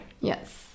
Yes